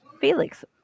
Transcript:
Felix